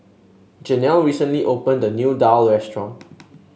Jenelle recently opened a new daal restaurant